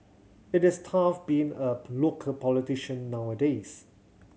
it is tough being a local politician nowadays